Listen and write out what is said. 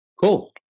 Cool